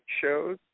shows